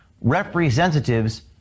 representatives